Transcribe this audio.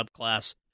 subclass